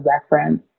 reference